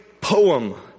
poem